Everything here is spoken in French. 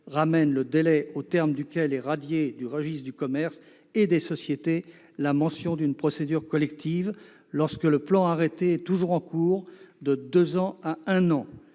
ramène le délai au terme duquel est radiée du registre du commerce et des sociétés la mention d'une procédure collective, lorsque le plan arrêté est toujours en cours, de deux ans à un an.